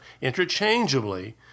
interchangeably